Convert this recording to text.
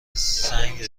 سنگ